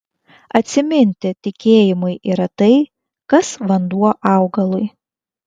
atsiminti tikėjimui yra tai kas vanduo augalui